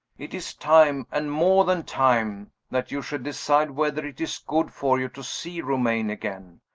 it is time, and more than time, that you should decide whether it is good for you to see romayne again.